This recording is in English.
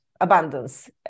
abundance